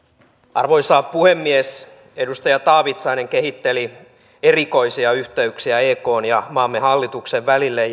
arvoisa puhemies edustaja taavitsainen kehitteli erikoisia yhteyksiä ekn ja maamme hallituksen välille